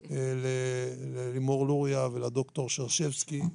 שוב ללימור לוריא ולד"ר שרשבסקי,